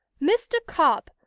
mr. cobb,